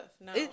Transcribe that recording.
No